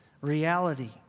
reality